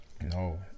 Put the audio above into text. No